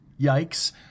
yikes